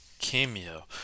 Cameo